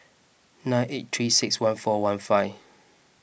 nine eight three six one four one five